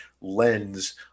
lens